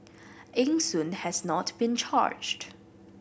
Eng Soon has not been charged